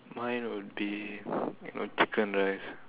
mine would be chicken rice